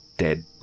dead